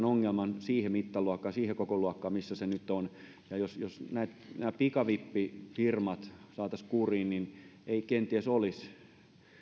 ongelman siihen mittaluokkaan siihen kokoluokkaan missä se nyt on ja jos jos nämä pikavippifirmat saataisiin kuriin niin ei kenties olisi